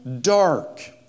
dark